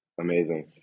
amazing